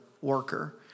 worker